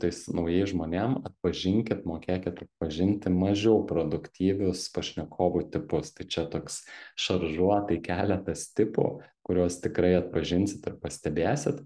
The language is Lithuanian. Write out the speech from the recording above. tais naujais žmonėm atpažinkit mokėkit atpažinti mažiau produktyvius pašnekovų tipus tai čia toks šaržuotai keletas tipų kuriuos tikrai atpažinsit ir pastebėsit